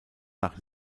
nach